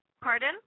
Pardon